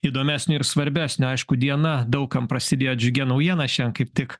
įdomesnio ir svarbesnio aišku diena daug kam prasidėjo džiugia naujiena šiandien kaip tik